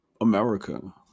America